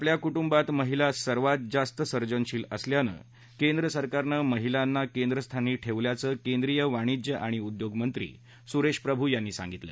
आपल्या कुटुंबात महिला सर्वात जास्त सर्जनशील असल्यानं केंद्र सरकारनं महिलांना केंद्रस्थानी ठेवल्याचं केंद्रीय वाणिज्य आणि उद्योगमंत्री सुरेश प्रभू यांनी सांगितलं